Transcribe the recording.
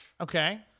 Okay